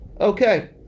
Okay